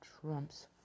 Trump's